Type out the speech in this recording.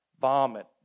vomit